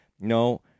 No